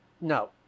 No